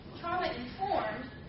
trauma-informed